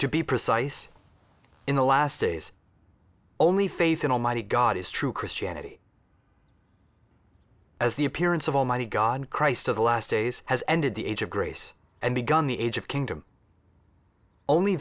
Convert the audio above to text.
to be precise in the last days only faith in almighty god is true christianity as the appearance of almighty god christ of the last days has ended the age of grace and begun the age of kingdom only